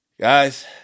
guys